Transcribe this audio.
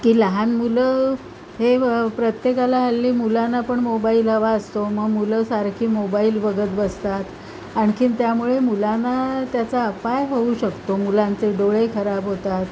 की लहान मुलं हे प्रत्येकाला हल्ली मुलांना पण मोबाईल हवा असतो मं मुलं सारखी मोबाईल बघत बसतात आणखीन त्यामुळे मुलांना त्याचा अपाय होऊ शकतो मुलांचे डोळे खराब होतात